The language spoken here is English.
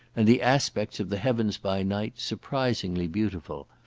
and the aspects of the heavens by night surprisingly beautiful.